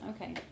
Okay